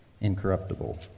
incorruptible